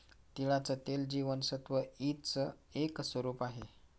तिळाचं तेल जीवनसत्व ई च एक स्वरूप आहे